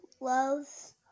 loves